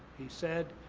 he said,